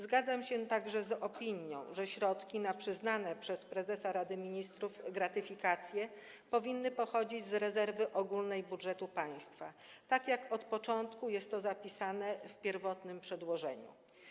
Zgadzam się także z opinią, że środki na przyznane przez prezesa Rady Ministrów gratyfikacje powinny pochodzić z rezerwy ogólnej budżetu państwa, tak jak od początku jest to zapisane w pierwotnym przedłożeniu.